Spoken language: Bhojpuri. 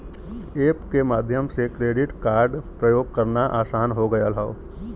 एप के माध्यम से क्रेडिट कार्ड प्रयोग करना आसान हो गयल हौ